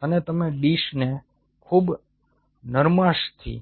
અને તમે ડીશને ખૂબ નરમાશથી